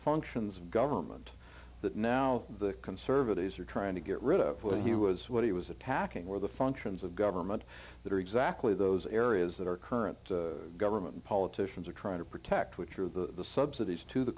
functions of government that now the conservatives are trying to get rid of when he was what he was attacking were the functions of government that are exactly those areas that our current government politicians are trying to protect which are the subsidies to the